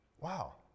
Wow